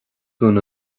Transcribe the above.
dún